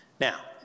Now